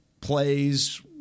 plays